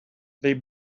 they